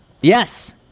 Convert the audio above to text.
Yes